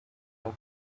i’ve